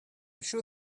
sure